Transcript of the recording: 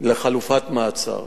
לחלופת מעצר